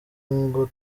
ngo